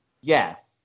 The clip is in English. Yes